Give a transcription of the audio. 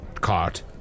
cart